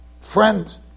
friend